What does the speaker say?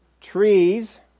Trees